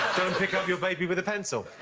pick up your baby with a pencil.